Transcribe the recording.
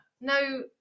No